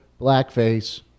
blackface